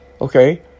Okay